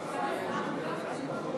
הצעת החוק לא עברה.